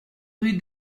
rue